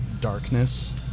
darkness